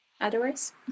otherwise